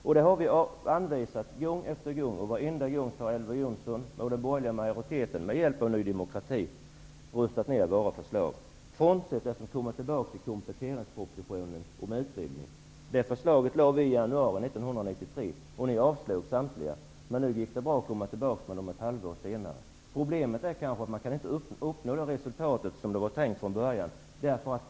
Vi har anvisat sådana gång på gång, och varje gång har Elver Jonsson och den borgerliga majoriteten med hjälp av Ny demokrati röstat ner våra förslag, bortsett från utbildningsförslagen i kompletteringspropositionen. De förslagen lade vi fram i januari 1993, men ni avslog samtliga av dem. Men nu, ett halvår senare, gick det bra att komma tillbaka. Problemet är att man kanske inte kan få det resultat som från början var avsett.